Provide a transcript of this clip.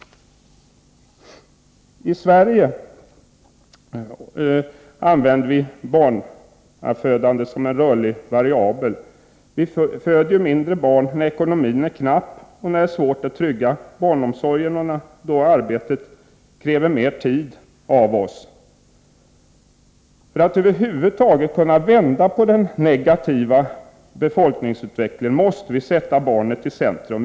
I Sverige är barnafödandet en rörlig variabel. Vi föder färre barn när ekonomin är knapp, när det är svårt att trygga barnomsorgen och då arbetet kräver mer tid av oss. För att över huvud taget kunna vända på den negativa befolkningsutvecklingen måste vi sätta barnen i centrum.